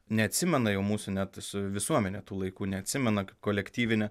neatsimena jau mūsų net su visuomene tų laikų neatsimena kolektyvinę